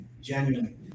genuinely